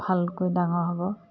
ভালকৈ ডাঙৰ হ'ব